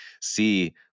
see